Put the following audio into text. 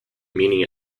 meaning